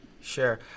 Sure